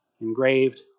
engraved